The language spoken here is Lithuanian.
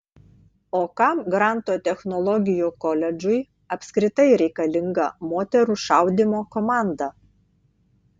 o kam granto technologijų koledžui apskritai reikalinga moterų šaudymo komanda